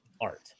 art